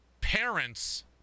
Parents